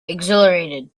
exhilarated